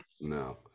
No